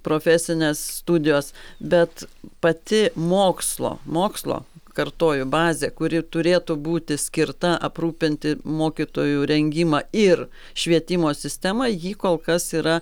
profesinės studijos bet pati mokslo mokslo kartoju bazė kuri turėtų būti skirta aprūpinti mokytojų rengimą ir švietimo sistemą ji kol kas yra